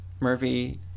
Murphy